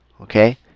Okay